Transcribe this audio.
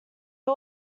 who